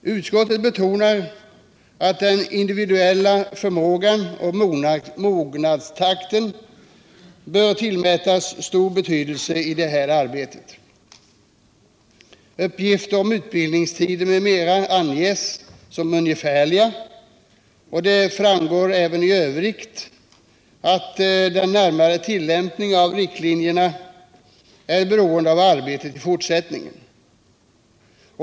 Utskottet betonar att den individuella förmågan och mognadstakten bör tillmätas stor betydelse i detta arbete. Uppgifter om utbildningstider m.m. anges som ungefärliga, och det framgår även i övrigt att den närmare tillämpningen av riktlinjerna är beroende av arbetet i fortsättningen.